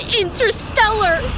interstellar